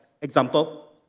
example